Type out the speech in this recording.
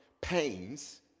pains